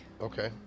Okay